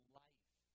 life